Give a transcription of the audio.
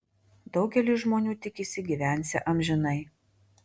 daugelis žmonių tikisi gyvensią amžinai